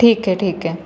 ठीक आहे ठीक आहे